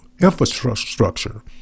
infrastructure